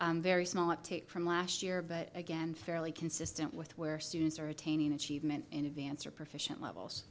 very small uptick from last year but again fairly consistent with where students are attaining achievement in advance or professional levels